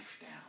down